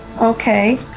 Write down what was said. okay